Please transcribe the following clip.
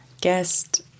guest